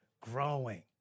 growing